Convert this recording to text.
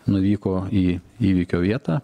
nuvyko į įvykio vietą